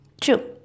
True